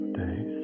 days